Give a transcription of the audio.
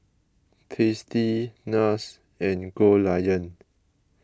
Tasty Nars and Goldlion